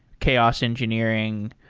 chaos engineering,